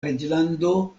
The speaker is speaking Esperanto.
reĝlando